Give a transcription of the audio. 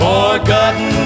Forgotten